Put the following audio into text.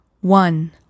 one